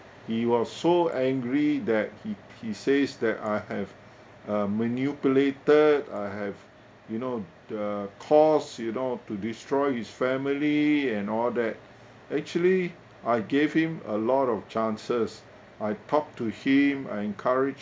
he was so angry that he he says that I have uh manipulated I have you know the cause you know to destroy his family and all that actually I gave him a lot of chances I talk to him I encourage